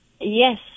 Yes